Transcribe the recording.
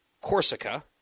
Corsica